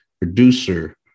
producer